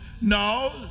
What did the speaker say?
No